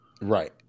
Right